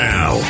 Now